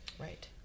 Right